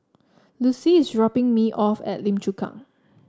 Lucie is dropping me off at Lim Chu Kang